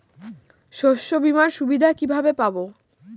শস্যবিমার সুবিধা কিভাবে পাবো?